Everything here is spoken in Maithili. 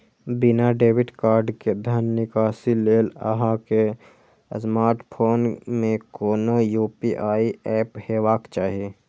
बिना डेबिट कार्ड के धन निकासी लेल अहां के स्मार्टफोन मे कोनो यू.पी.आई एप हेबाक चाही